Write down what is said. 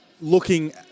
looking